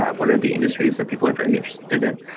what are the industries that people are very interested in?